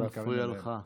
אני יכול להפריע לך?